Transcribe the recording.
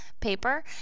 paper